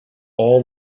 all